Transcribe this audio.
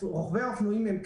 רוכבי האופנועים הם כאן,